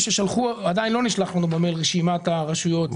עדיין לא נשלחה אלינו רשימת המועצות המקומיות.